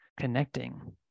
connecting